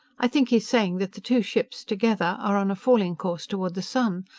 i think he's saying that the two ships, together, are on a falling course toward the sun.